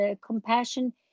compassion